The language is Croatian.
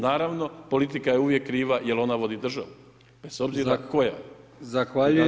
Naravno politika je uvijek kriva, jer ona vodi državu, bez obzira koja je.